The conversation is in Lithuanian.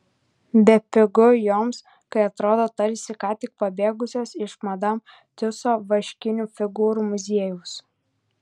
bepigu joms kai atrodo tarsi ką tik pabėgusios iš madam tiuso vaškinių figūrų muziejaus